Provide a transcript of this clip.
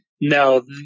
No